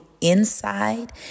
inside